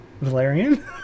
Valerian